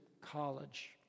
College